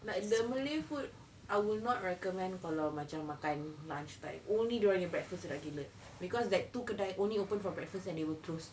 like the malay food I would not recommend kalau macam makan lunchtime only during your breakfast sedap gila because that two kedai only open for breakfast and they will close